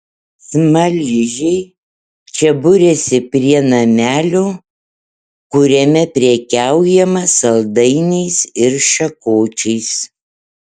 smaližiai čia buriasi prie namelio kuriame prekiaujama saldainiais ir šakočiais